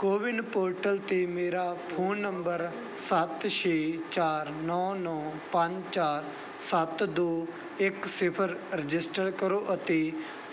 CoWIN portal 'ਤੇ ਮੇਰਾ phone number ਸੱਤ ਛੇ ਚਾਰ ਨੌਂ ਨੌਂ ਪੰਜ ਚਾਰ ਸੱਤ ਦੋ ਇੱਕ ਸਿਫਰ ਰਜਿਸਟਰ ਕਰੋ ਅਤੇ